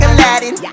Aladdin